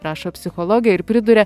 rašo psichologė ir priduria